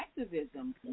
activism